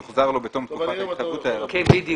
יוחזר לו בתום תקופת ההתחייבות העירבון.